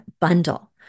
bundle